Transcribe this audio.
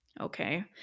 Okay